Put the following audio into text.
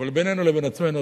אבל בינינו לבין עצמנו,